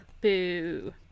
Boo